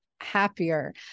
Happier